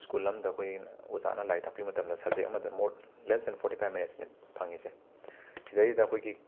school ꯑꯝꯗ ꯑꯩꯈꯣꯏ ꯑꯣꯖꯥꯅ ꯂꯥꯏꯔꯤꯛ ꯇꯥꯛꯄꯤꯕ ꯃꯇꯝꯗ ꯁꯞꯖꯦꯛ ꯑꯃꯗ more less than forty five ꯃꯤꯅꯠꯁꯅꯦ ꯐꯪꯉꯤꯁꯦ ꯁꯤꯗꯩꯁꯤꯗ ꯑꯩꯈꯣꯏꯒꯤ